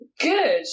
Good